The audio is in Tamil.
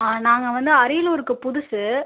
ஆ நாங்கள் வந்து அரியலூருக்கு புதுசு